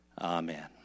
Amen